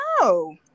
No